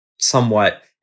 somewhat